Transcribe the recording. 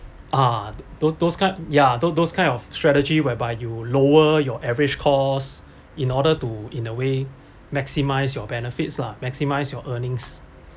ah those those kind ya those those kind of strategy whereby you lower your average costs in order to in a way maximise your benefits lah maximise your earnings